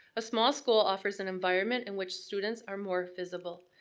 a small school offers an environment in which students are more visible,